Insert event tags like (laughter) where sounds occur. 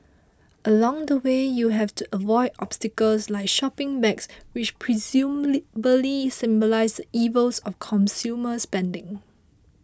along the way you have to avoid obstacles like shopping bags which presumably (unintelligible) symbolise the evils of consumer spending